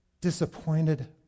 disappointed